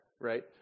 right